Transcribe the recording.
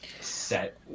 set